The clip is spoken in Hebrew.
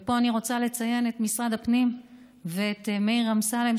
ופה אני רוצה לציין את משרד הפנים ואת מאיר אמסלם,